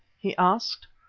he asked.